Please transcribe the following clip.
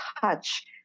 touch